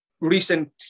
recent